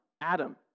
Adam